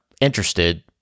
interested